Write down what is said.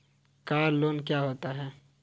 Car loan क्या होता है?